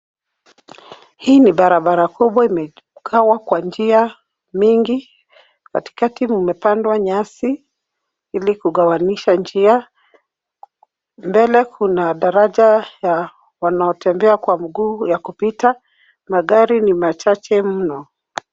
Hii ni barabara kubwa imekawa kwa njia mingi, katikati kumepandwa nyasi, ili kugawanyisha njia, mbele kuna daraja ya wanaotembea kwa mguu ya kupita. Magari ni machache mno.